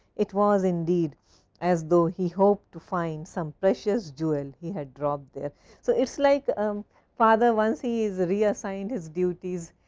it was indeed as though he hope to find some precious jewel he had dropped there. so, it is like um father. once he is reassigned his duties,